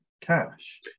cash